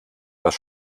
das